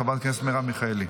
חברת הכנסת מרב מיכאלי.